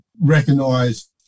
recognise